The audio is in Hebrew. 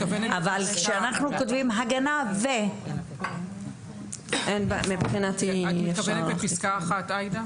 אבל כשאנחנו כותבים הגנה "ו" --- את מתכוונת לפסקה (1) עאידה?